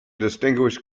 distinguished